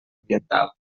ambiental